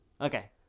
Okay